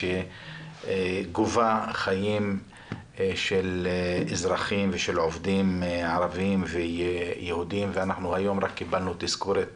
שגובה חיים של אזרחים ושל עובדים ערבים ויהודים ואנחנו היום קיבלנו תזכורת